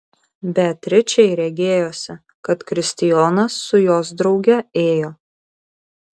beatričei regėjosi kad kristijonas su jos drauge ėjo